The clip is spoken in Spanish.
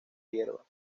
hierbas